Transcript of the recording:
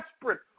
desperate